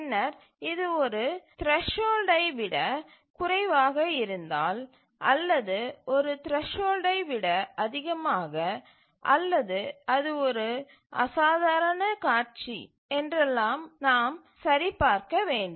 பின்னர் இது ஒரு த்ரசோல்டு விட குறைவாக இருந்தால் அல்லது ஒரு த்ரசோல்டு விட அதிகமாக அல்லது அது ஒரு அசாதாரண காட்சி etc என்பதையெல்லாம் நாம் சரிபார்க்க வேண்டும்